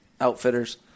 Outfitters